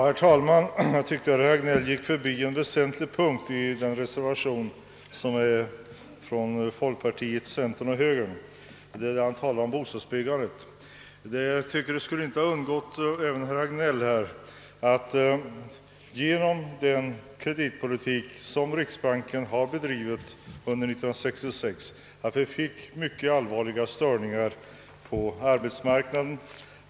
Herr talman! När herr Hagnell talade om bostadsbyggandet förbisåg han en väsentlig punkt i folkpartiets, centerns och högerns reservation. Det bör inte ha undgått herr Hagnell att den kreditpolitik som riksbanken bedrev under 1966 medförde mycket allvarliga störningar på arbetsmarknaden.